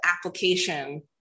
application